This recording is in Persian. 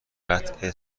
قطع